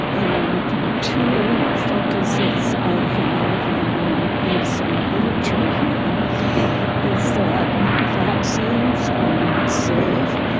and to focus as i have, and i'll leave some literature here is that vaccines are not safe.